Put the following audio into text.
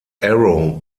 arrow